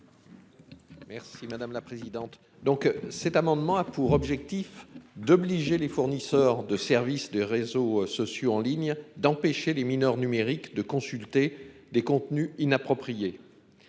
Merci madame la présidente. Donc cet amendement a pour objectif d'obliger les fournisseurs de services de réseaux sociaux en ligne d'empêcher les mineurs numérique de consulter des contenus inappropriés.